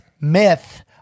Myth